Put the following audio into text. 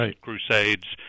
crusades